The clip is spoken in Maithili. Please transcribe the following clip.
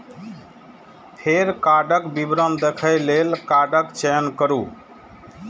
फेर कार्डक विवरण देखै लेल कार्डक चयन करू